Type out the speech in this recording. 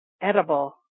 edible